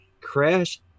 Crash